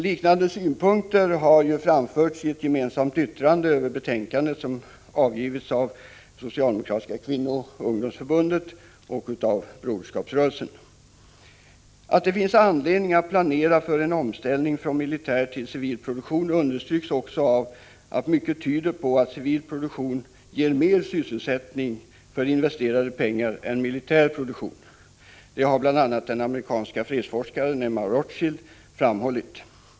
Liknande synpunkter har framförts i det gemensamma yttrande över betänkandet som avgivits av de socialdemokratiska kvinnooch ungdomsförbunden och broderskapsrörelsen. Att det finns anledning att planera för en omställning från militär till civil produktion understryks också av att mycket tyder på att civil produktion ger mer sysselsättning för investerade pengar än militär produktion. Det har bl.a. den amerikanska fredsforskaren Emma Rotschild framhållit.